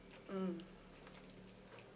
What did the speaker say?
mm